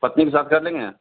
पत्नी के साथ कर लेंगे